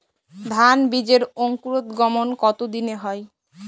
ধান বীজের অঙ্কুরোদগম কত দিনে হয়?